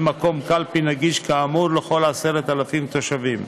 מקום קלפי נגיש כאמור לכל 10,000 תושבים.